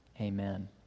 Amen